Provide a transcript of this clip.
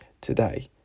today